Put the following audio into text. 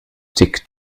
tickt